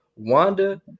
Wanda